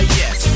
yes